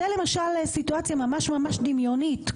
זו למשל סיטואציה ממש ממש דמיונית,